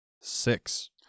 Six